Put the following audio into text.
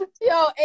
yo